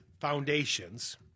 foundations